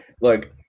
look